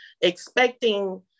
expecting